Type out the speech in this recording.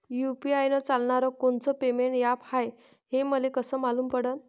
UPI चालणारं कोनचं payment app हाय, हे मले कस मालूम पडन?